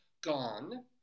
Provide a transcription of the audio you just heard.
gone